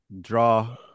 draw